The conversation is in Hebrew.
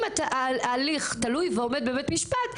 אם ההליך תלוי ועומד בבית משפט,